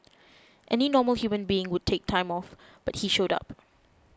any normal human being would take time off but he showed up